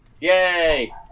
Yay